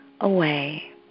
away